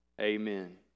Amen